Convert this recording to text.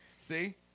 See